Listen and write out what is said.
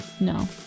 No